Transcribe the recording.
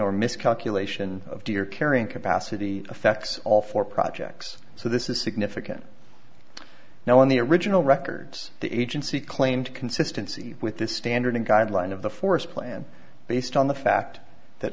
or miscalculation of deer carrying capacity affects all four projects so this is significant now in the original records the agency claimed consistency with this standard guideline of the forest plan based on the fact that